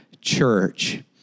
church